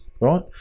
right